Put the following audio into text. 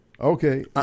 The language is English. Okay